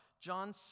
john